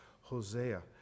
Hosea